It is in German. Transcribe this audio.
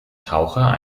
taucher